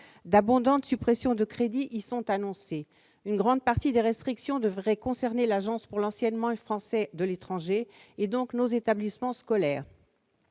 D'abondantes suppressions de crédits y sont annoncées. Une grande partie des restrictions devraient concerner l'Agence pour l'enseignement français à l'étranger et donc nos établissements scolaires.